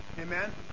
Amen